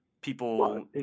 People